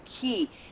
key